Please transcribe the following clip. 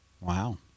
Wow